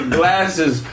glasses